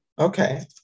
Okay